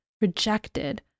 rejected